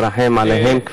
רחם עליהם,